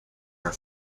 her